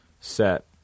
set